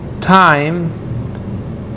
time